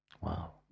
Wow